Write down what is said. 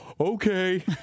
Okay